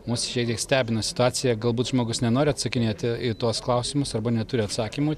mus šiek tiek stebina situacija galbūt žmogus nenori atsakinėti į tuos klausimus arba neturi atsakymų